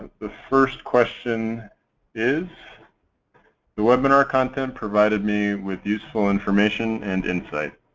the first question is the webinar content provided me with useful information and insight.